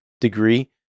degree